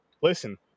listen